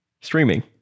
streaming